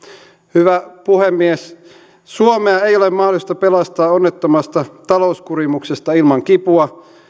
hyvä puhemies suomea ei ole mahdollista pelastaa onnettomasta talouskurimuksesta ilman kipua